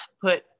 put